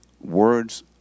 words